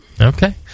Okay